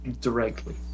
directly